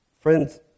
Friends